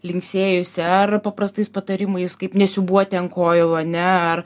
linksėjusi ar paprastais patarimais kaip nesiūbuoti ant kojų ane ar